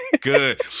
Good